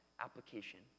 application